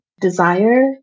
desire